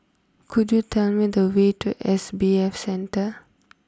could you tell me the way to S B F Center